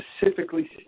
Specifically